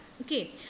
okay